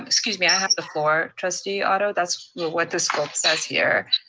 um excuse me, i have the floor trustee otto. that's what the scope says here.